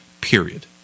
period